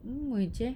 mm which eh